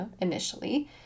initially